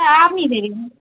হ্যাঁ আপনি দেখবেন